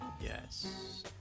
Yes